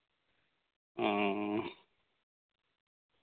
ᱚᱻ